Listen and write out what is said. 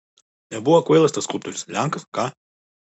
nebuvo kvailas tas skulptorius lenkas ką